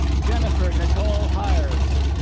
jennifer nicole hires